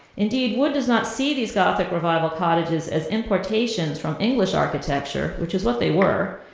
indeed, wood does not see these gothic revival cottages as importations from english architecture, which is what they were,